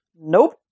Nope